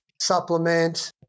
supplement